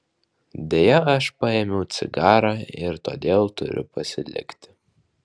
deja aš paėmiau cigarą ir todėl turiu pasilikti